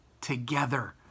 together